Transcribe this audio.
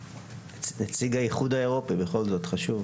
נציג האיחוד האירופי, בכל זאת חשוב.